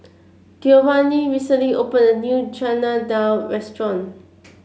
Giovani recently opened a new Chana Dal Restaurant